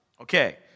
Okay